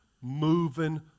moving